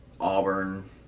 auburn